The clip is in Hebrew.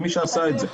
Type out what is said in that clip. כמי שעשה את זה,